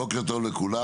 בוקר טוב לכולם.